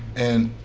and,